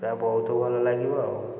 ପୂରା ବହୁତ ଭଲ ଲାଗିବ